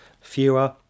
fewer